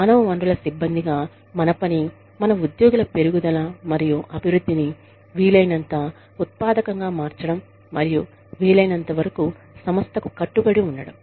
మానవ వనరుల సిబ్బందిగా మన పని మన ఉద్యోగుల పెరుగుదల మరియు అభివృద్ధిని వీలైనంత ఉత్పాదకతగా మార్చడం మరియు వీలైనంతవరకు సంస్థకు కట్టుబడి ఉండటం